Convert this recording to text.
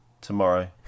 tomorrow